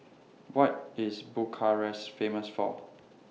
What IS Bucharest Famous For